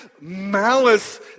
malice